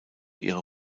ihre